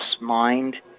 mind